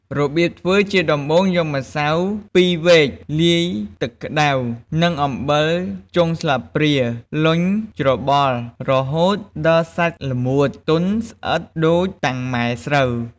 របៀបធ្វើ ជាដំបូង យកម្សៅពីរវែក លាយទឹកក្តៅ និងអំបិលចុងស្លាបព្រា លុញច្របល់ រហូតដល់សាច់រមួត ទន់ ស្អិត ដូចតាំងម៉ែស្រូវ។